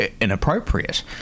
inappropriate